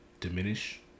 diminish